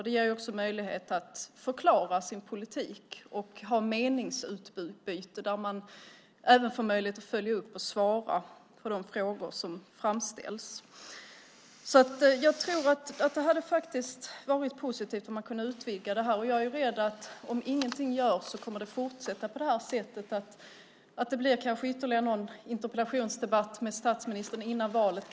Det ger dem också möjlighet att förklara sin politik och ha ett meningsutbyte där det även ges möjlighet att följa upp och svara på de frågor som framställs. Det skulle vara positivt om man kunde utvidga det här. Jag är rädd att om ingenting görs kommer det att fortsätta på det här sättet. Det kanske blir ytterligare någon interpellationsdebatt med statsministern innan valet.